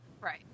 Right